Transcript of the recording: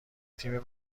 تیم